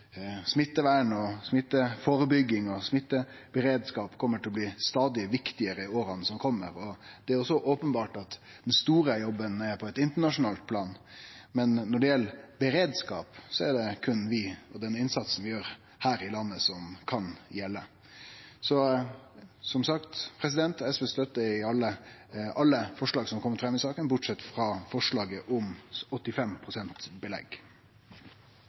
smittevern, smitteførebygging og smitteberedskap kjem til å bli stadig viktigare i åra som kjem. Det er openbert at den store jobben er på eit internasjonalt plan, men når det gjeld beredskap, er det berre vi og den innsatsen vi gjer her i landet, som kan gjelde. Så, som sagt: SV støttar alle forslaga som har kome i denne saka, bortsett frå forslaget om 85 pst. belegg.